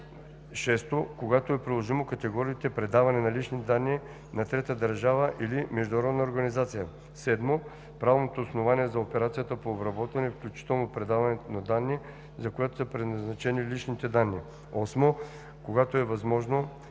6. когато е приложимо, категориите предаване на лични данни на трета държава или международна организация; 7. правното основание за операцията по обработване, включително предаването на данни, за която са предназначени личните данни; 8. когато е възможно,